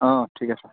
অঁ ঠিক আছে